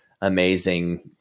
amazing